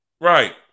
Right